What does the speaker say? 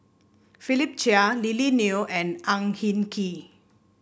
Philip Chia Lily Neo and Ang Hin Kee